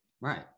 Right